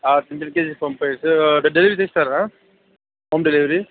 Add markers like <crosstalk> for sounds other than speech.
<unintelligible> delivery తీస్తారా home delivery